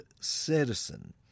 citizen